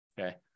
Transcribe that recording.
okay